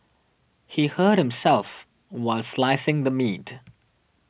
he hurt himself while slicing the meat